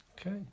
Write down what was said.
Okay